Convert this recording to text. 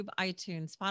iTunes